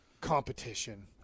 competition